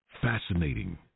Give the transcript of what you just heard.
Fascinating